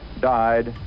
died